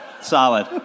solid